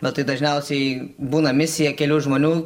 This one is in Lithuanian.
bet tai dažniausiai būna misija kelių žmonių